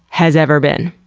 has ever been?